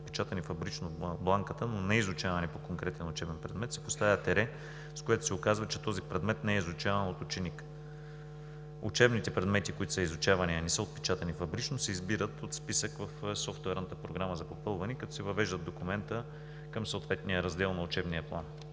отпечатани фабрично на бланката, но не изучавани по конкретен учебен предмет, се поставя тире, с което се указва, че този предмет не е изучаван от ученика. Учебните предмети, които са изучавани и не са отпечатани фабрично, се избират от списък в софтуерната програма за попълване, като се въвеждат в документа към съответния раздел на учебния план.